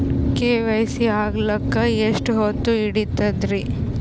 KYC ಆಗಲಕ್ಕ ಎಷ್ಟ ಹೊತ್ತ ಹಿಡತದ್ರಿ?